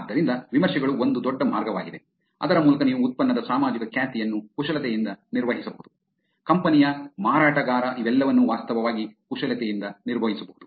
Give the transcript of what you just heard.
ಆದ್ದರಿಂದ ವಿಮರ್ಶೆಗಳು ಒಂದು ದೊಡ್ಡ ಮಾರ್ಗವಾಗಿದೆ ಅದರ ಮೂಲಕ ನೀವು ಉತ್ಪನ್ನದ ಸಾಮಾಜಿಕ ಖ್ಯಾತಿಯನ್ನು ಕುಶಲತೆಯಿಂದ ನಿರ್ವಹಿಸಬಹುದು ಕಂಪನಿಯ ಮಾರಾಟಗಾರ ಇವೆಲ್ಲವನ್ನೂ ವಾಸ್ತವವಾಗಿ ಕುಶಲತೆಯಿಂದ ನಿರ್ವಹಿಸಬಹುದು